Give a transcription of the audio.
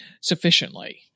sufficiently